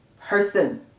person